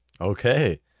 Okay